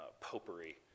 popery